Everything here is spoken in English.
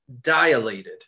dilated